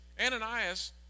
Ananias